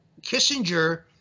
Kissinger